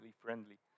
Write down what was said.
friendly